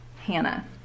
Hannah